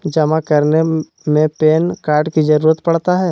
जमा करने में पैन कार्ड की जरूरत पड़ता है?